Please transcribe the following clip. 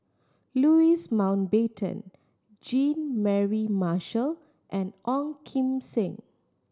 Louis Mountbatten Jean Mary Marshall and Ong Kim Seng